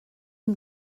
une